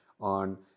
on